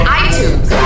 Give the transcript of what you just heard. iTunes